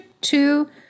two